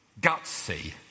Gutsy